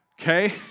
okay